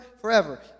forever